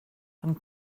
ond